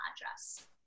address